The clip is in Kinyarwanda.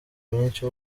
myinshi